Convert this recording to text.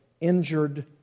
injured